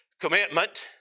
commitment